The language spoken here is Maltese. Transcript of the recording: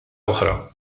oħra